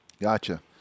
gotcha